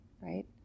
right